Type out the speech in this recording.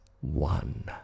one